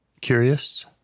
Curious